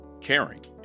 caring